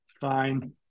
fine